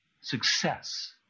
success